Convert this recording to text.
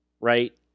right